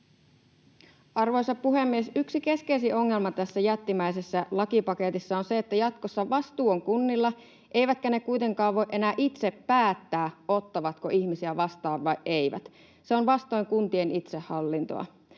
Arvoisa puhemies! Yksi keskeisin ongelma tässä jättimäisessä lakipaketissa on se, että jatkossa vastuu on kunnilla eivätkä ne kuitenkaan voi enää itse päättää, ottavatko ihmisiä vastaan vai eivätkö. Se on vastoin kuntien itsehallintoa.